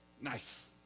Nice